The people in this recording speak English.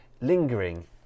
lingering